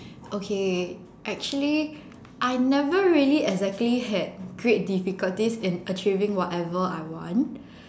okay actually I never really exactly had great difficulties in achieving whatever I want